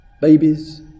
babies